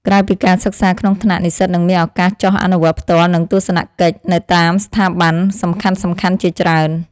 ក្រៅពីការសិក្សាក្នុងថ្នាក់និស្សិតនឹងមានឱកាសចុះអនុវត្តផ្ទាល់និងទស្សនកិច្ចនៅតាមស្ថាប័នសំខាន់ៗជាច្រើន។